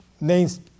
names